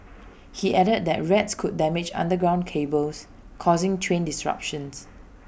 he added that rats could damage underground cables causing train disruptions